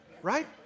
right